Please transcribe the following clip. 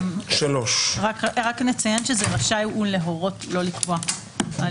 רק נציין: רשאי הוא להורות לא לקבוע.